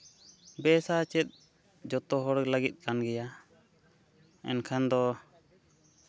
ᱵᱮᱥᱟ ᱪᱮᱫ ᱡᱚᱛᱚ ᱦᱚᱲ ᱞᱟᱹᱜᱤᱫ ᱠᱟᱱ ᱜᱮᱭᱟ ᱮᱱᱠᱷᱟᱱ ᱫᱚ